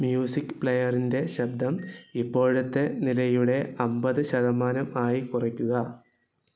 music പ്ലെയറിൻ്റെ ശബ്ദം ഇപ്പോഴത്തെ നിലയുടെ അമ്പത് ശതമാനം ആയി കുറയ്ക്കുക